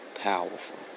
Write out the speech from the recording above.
powerful